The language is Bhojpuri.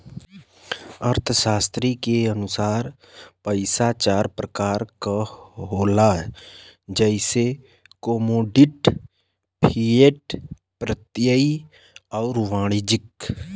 अर्थशास्त्री के अनुसार पइसा चार प्रकार क होला जइसे कमोडिटी, फिएट, प्रत्ययी आउर वाणिज्यिक